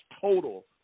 total